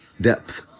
Depth